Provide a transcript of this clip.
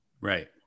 Right